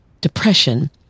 depression